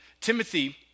Timothy